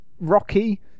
Rocky